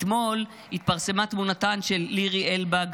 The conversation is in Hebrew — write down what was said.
אתמול התפרסמו תמונותיהן של לירי אלבג,